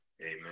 Amen